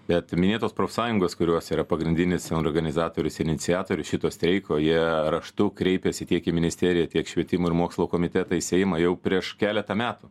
bet minėtos profsąjungos kurios yra pagrindinis organizatorius iniciatorius šito streiko jie raštu kreipėsi tiek į ministeriją tiek švietimo ir mokslo komitetą į seimą jau prieš keletą metų